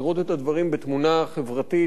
לראות את הדברים בתמונה חברתית,